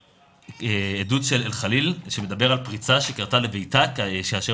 עדות של אלחליל שמדבר על פריצה שקרתה כאשר